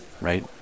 right